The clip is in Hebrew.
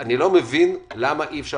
אני לא מבין למה אי אפשר